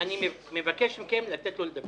אגב, אני מבקש מכם לתת לו לדבר.